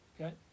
Okay